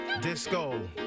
Disco